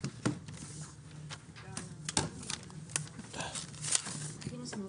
הישיבה ננעלה בשעה 09:49.